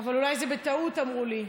אבל אולי בטעות אמרו לי,